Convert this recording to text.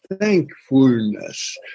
Thankfulness